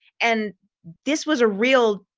and this was a real,